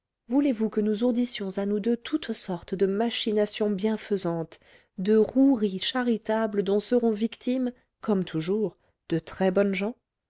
voulez-vous que nous ourdissions à nous deux toutes sortes de machinations bienfaisantes de roueries charitables dont seront victimes comme toujours de très-bonnes gens